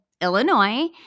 Illinois